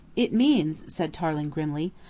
it means, said tarling grimly,